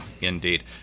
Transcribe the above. Indeed